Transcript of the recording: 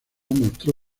mostró